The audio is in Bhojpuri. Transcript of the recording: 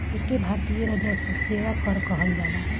एके भारतीय राजस्व सेवा कर कहल जाला